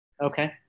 Okay